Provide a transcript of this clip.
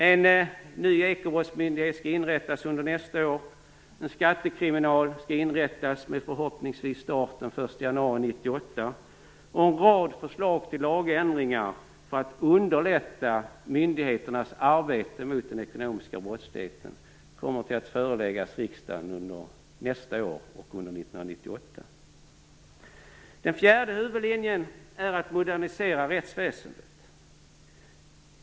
En ny ekobrottsmyndighet skall inrättas under nästa år. En skattekriminal skall inrättas som förhoppningsvis kan starta den 1 januari 1998. En rad förslag till lagändringar för att underlätta myndigheternas arbete mot den ekonomiska brottsligheten kommer att föreläggas riksdagen under nästa år och under 1998. Den fjärde huvudlinjen är att modernisera rättsväsendet.